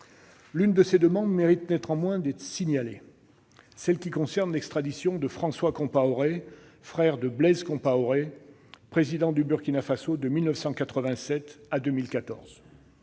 L'une de ces demandes mérite néanmoins d'être signalée, celle qui concerne l'extradition de François Compaoré, frère de Blaise Compaoré, Président du Burkina Faso de 1987 à 2014.